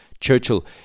Churchill